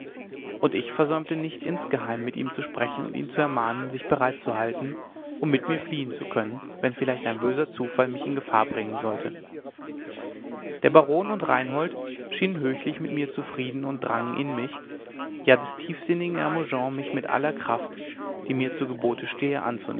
und ich versäumte nicht insgeheim mit ihm zu sprechen und ihn zu ermahnen sich bereit zu halten um mit mir fliehen zu können wenn vielleicht ein böser zufall mich in gefahr bringen sollte der baron und reinhold schienen höchlich mit mir zufrieden und drangen in mich ja des tiefsinnigen hermogen mich mit aller kraft die mir zu gebote stehe